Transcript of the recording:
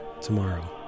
tomorrow